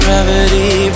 Gravity